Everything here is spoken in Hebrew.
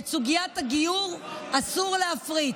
את סוגיית הגיור אסור להפריט.